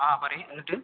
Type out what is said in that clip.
ആ പറയ് എന്നിട്ട്